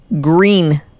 Green